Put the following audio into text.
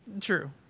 true